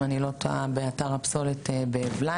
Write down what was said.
אם אני לא טועה באתר הפסולת באבליים,